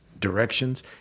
directions